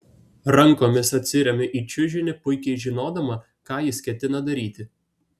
rankomis atsiremiu į čiužinį puikiai žinodama ką jis ketina daryti